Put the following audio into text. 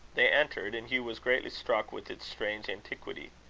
they entered and hugh was greatly struck with its strange antiquity.